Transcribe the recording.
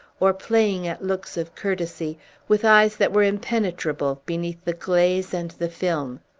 or playing at looks of courtesy with eyes that were impenetrable beneath the glaze and the film.